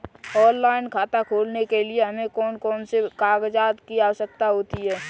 Online खाता खोलने के लिए हमें कौन कौन से कागजात की आवश्यकता होती है?